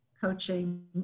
coaching